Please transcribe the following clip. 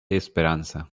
esperanza